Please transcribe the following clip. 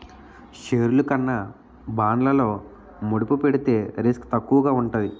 షేర్లు కన్నా బాండ్లలో మదుపు పెడితే రిస్క్ తక్కువగా ఉంటాది